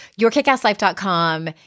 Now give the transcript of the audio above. Yourkickasslife.com